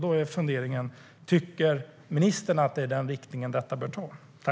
Då är funderingen: Tycker ministern att det är den riktning detta bör ta?